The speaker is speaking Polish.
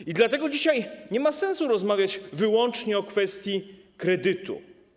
I dlatego dzisiaj nie ma sensu rozmawiać wyłącznie o kwestii kredytu.